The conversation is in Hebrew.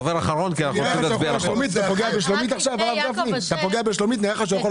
דובר אחרון, כי אנחנו מיד נצביע על החוק.